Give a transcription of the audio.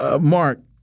Mark